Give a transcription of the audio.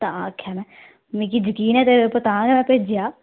तां आखेआ मैं मिगी जकीन ऐ तेरे उप्पर तां गे मैं भेजेआ